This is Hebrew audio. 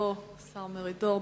ויבוא השר דן מרידור.